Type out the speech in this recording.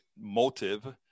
motive